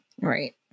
Right